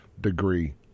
degree